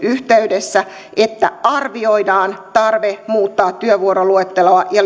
yhteydessä että arvioidaan tarve muuttaa työvuoroluetteloa ja